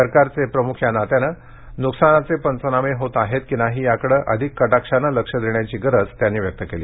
सरकारचे प्रमुख या नात्याने न्कसानाचे पंचनामे होत आहेत की नाही याकडे अधिक कटाक्षाने लक्ष देण्याची गरज त्यांनी व्यक्त केली